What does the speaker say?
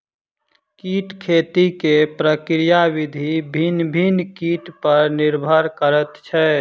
कीट खेती के प्रक्रिया विधि भिन्न भिन्न कीट पर निर्भर करैत छै